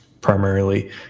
primarily